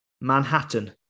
Manhattan